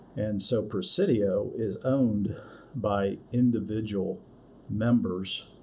and so, presidio is owned by individual members,